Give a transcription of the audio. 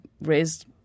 raised